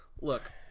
look